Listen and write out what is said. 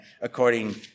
according